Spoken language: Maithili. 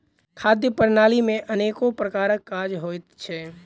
खाद्य प्रणाली मे अनेको प्रकारक काज होइत छै